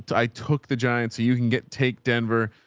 i took the giant so you can get, take denver.